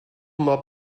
mal